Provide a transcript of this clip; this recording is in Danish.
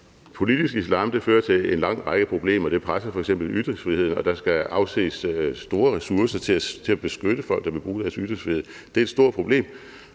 Politisk islam fører til en lang række problemer. Det presser f.eks. ytringsfriheden, og der skal afses store ressourcer til at beskytte folk, der vil bruge deres ytringsfrihed. Det er et stort problem,